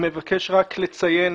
מבקש לציין